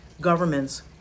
governments